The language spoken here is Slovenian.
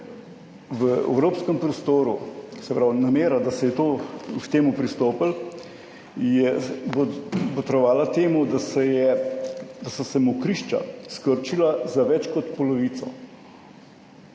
v evropskem prostoru, se pravi, namera da se je to k temu pristopilo, je botrovala temu, da so se mokrišča skrčila za več kot polovico.